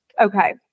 Okay